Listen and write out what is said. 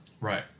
Right